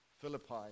Philippi